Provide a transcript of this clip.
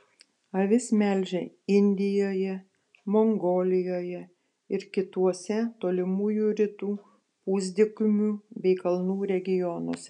avis melžia indijoje mongolijoje ir kituose tolimųjų rytų pusdykumių bei kalnų regionuose